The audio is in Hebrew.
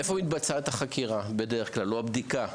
איפה מתבצעת החקירה או הבדיקה?